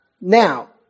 Now